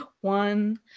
One